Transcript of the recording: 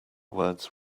words